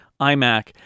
iMac